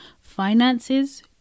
finances